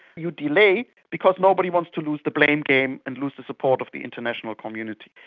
you delay because nobody wants to lose the blame game and lose the support of the international community.